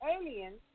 aliens